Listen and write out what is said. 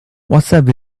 whatsapp